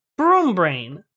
Broombrain